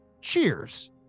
cheers